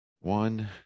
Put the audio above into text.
One